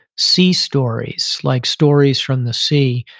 sea stories, like stories from the sea.